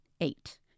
eight